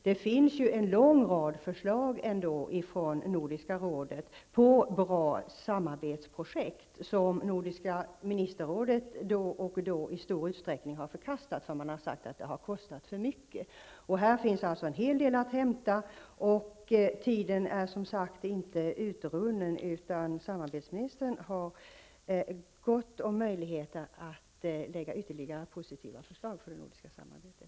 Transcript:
Det finns ju ändå en lång rad förslag från Nordiska rådet på bra samarbetsprojekt som nordiska ministerrådet då och då har förkastat. Man har sagt att det har kostat för mycket. Här finns alltså en hel del att hämta. Tiden är inte utrunnen, utan samarbetsministern har gott om möjligheter att lägga ytterligare positiva förslag för det nordiska samarbetet.